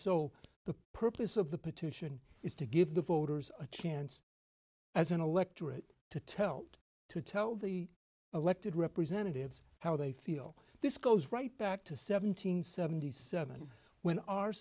so the purpose of the petition is to give the voters a chance as an electorate to tell to tell the elected representatives how they feel this goes right back to seven hundred seventy seven when our